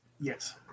yes